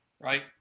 right